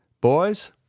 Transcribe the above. Boys